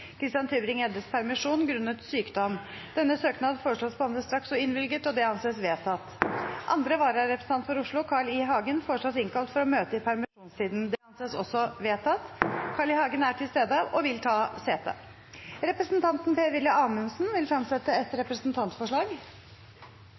Christian Tybring-Gjeddes permisjon, grunnet sykdom. Etter forslag fra presidenten ble enstemmig besluttet: Søknaden behandles straks og innvilges. Andre vararepresentant for Oslo, Carl I. Hagen, innkalles for å møte i permisjonstiden. Carl I. Hagen er til stede og vil ta sete. Representanten Per-Willy Amundsen vil